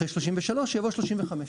אחרי "33" יבוא "35".